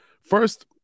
first